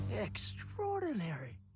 extraordinary